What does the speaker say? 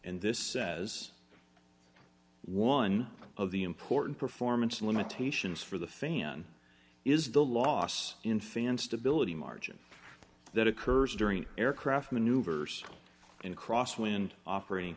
and this says one of the important performance limitations for the fan is the loss in fan stability margin that occurs during aircraft maneuvers in cross wind operating